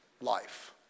life